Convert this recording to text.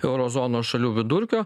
euro zonos šalių vidurkio